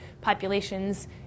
populations